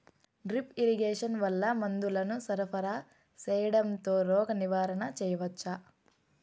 Drip irrigation వల్ల మందులను సరఫరా సేయడం తో రోగ నివారణ చేయవచ్చా?